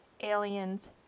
aliens